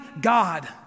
God